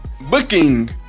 Booking